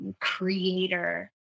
creator